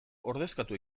ordezkatu